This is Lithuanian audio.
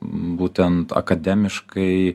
būtent akademiškai